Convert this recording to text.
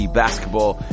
basketball